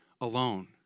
alone